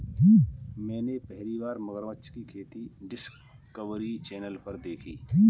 मैंने पहली बार मगरमच्छ की खेती डिस्कवरी चैनल पर देखी